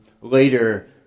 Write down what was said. later